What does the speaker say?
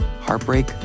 heartbreak